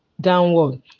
Downward